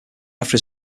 after